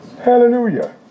Hallelujah